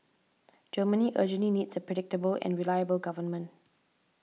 Germany urgently needs a predictable and reliable government